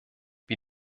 wie